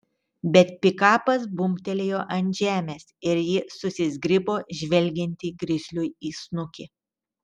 bet pikapas bumbtelėjo ant žemės ir ji susizgribo žvelgianti grizliui į snukį